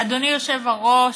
אדוני היושב-ראש,